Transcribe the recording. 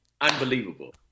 Unbelievable